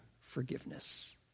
forgiveness